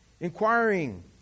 inquiring